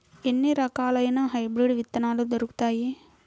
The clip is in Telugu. ఎన్ని రకాలయిన హైబ్రిడ్ విత్తనాలు దొరుకుతాయి?